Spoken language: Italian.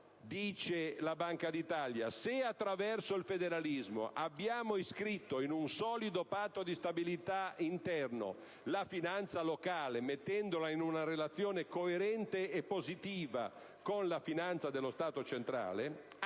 La Banca d'Italia dice, cioè: se attraverso il federalismo abbiamo iscritto in un solido patto di stabilità interno la finanza locale mettendola in una relazione coerente e positiva con la finanza dello Stato centrale,